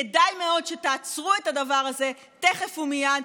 כדאי מאוד שתעצרו את הדבר הזה תכף ומייד,